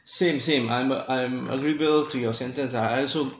same same I'm a I'm agreeable to you sentence ah I also